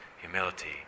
humility